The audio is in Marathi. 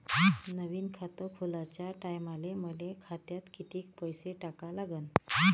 नवीन खात खोलाच्या टायमाले मले खात्यात कितीक पैसे टाका लागन?